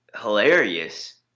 hilarious